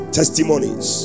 testimonies